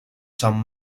san